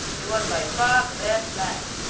he was by far the best match.